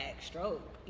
stroke